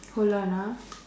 hold on ah